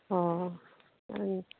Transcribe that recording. অঁ